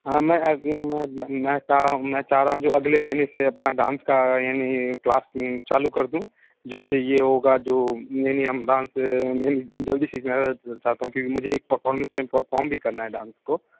हाँ मैं मैं चाह रहा हूँ मैं चाह रहा हूँ जो अगले महीने से अपना डांस का यानी क्लास चालू कर दूँ जिससे ये होगा जो यानि हम डांस मेनली जल्दी सीखना चाहता हूँ क्योंकि मुझे एक परफॉर्मेंस में परफॉर्म भी करना है डांस को